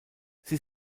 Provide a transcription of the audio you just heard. sie